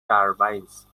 turbines